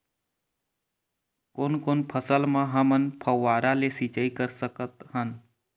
कोन कोन फसल म हमन फव्वारा ले सिचाई कर सकत हन?